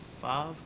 five